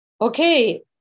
Okay